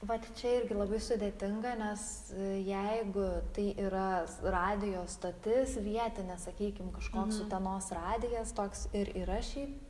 vat čia irgi labai sudėtinga nes jeigu tai yra radijo stotis vietinė sakykim kažkoks utenos radijas toks ir yra šiaip